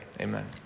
Amen